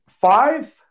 five